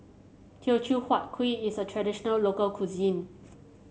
Teochew Huat Kuih is a traditional local cuisine